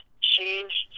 changed